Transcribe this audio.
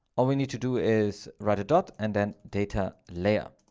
all we need to do is write a dot and then data layer.